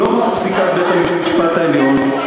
נוכח פסיקת בית-המשפט העליון,